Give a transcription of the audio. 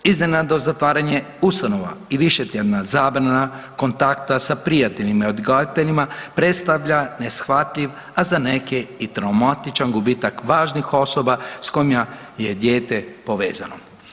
Iznenadno zatvaranje ustanova i višetjedna zabrana kontakta sa prijateljima i odgajateljima, predstavlja neshvatljiv, a za neke i traumatičan gubitak važnih osoba s kojima je dijete povezano.